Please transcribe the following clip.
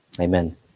Amen